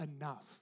enough